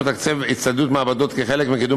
מתקצב הצטיידות מעבדות כחלק מקידום